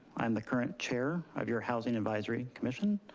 i'm the current chair of your housing advisory commission.